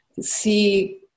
see